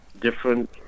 different